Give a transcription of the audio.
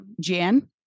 Jan